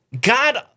God